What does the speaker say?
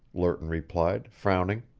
lerton replied, frowning.